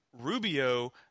Rubio